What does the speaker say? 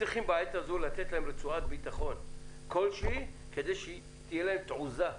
צריכים לתת להם רצועת ביטחון כדי שתהיה להם תעוזה.